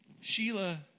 Sheila